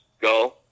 go